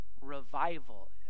revival